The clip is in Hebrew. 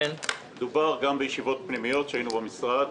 דובר גם בישיבות פנימיות שהיינו במשרד,